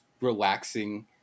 relaxing